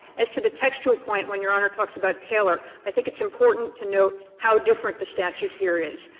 as to the textual point, when your honor talks about taylor, i think it's important to note how different the statute here is,